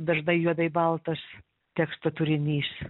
dažnai juodai baltas teksto turinys